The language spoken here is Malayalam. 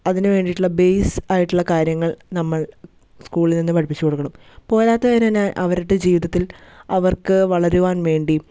അതിനു വേണ്ടിയിട്ടുള്ള ബേസ് ആയിട്ടുള്ള കാര്യങ്ങൾ നമ്മൾ സ്കൂളിൽ നിന്ന് പഠിപ്പിച്ച് കൊടുക്കണം പോരാത്തത് പിന്നെ അവരുടെ ജീവിതത്തിൽ അവർക്ക് വളരുവാൻ വേണ്ടി